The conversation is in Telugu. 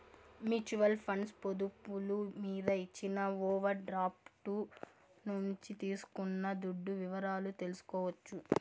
మ్యూచువల్ ఫండ్స్ పొదుపులు మీద ఇచ్చిన ఓవర్ డ్రాఫ్టు నుంచి తీసుకున్న దుడ్డు వివరాలు తెల్సుకోవచ్చు